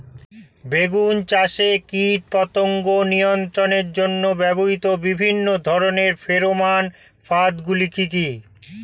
বেগুন চাষে কীটপতঙ্গ নিয়ন্ত্রণের জন্য ব্যবহৃত বিভিন্ন ধরনের ফেরোমান ফাঁদ গুলি কি কি?